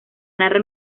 narra